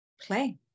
Play